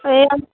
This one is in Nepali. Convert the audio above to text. ए